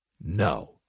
no